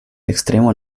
extremo